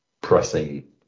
pressing